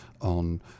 on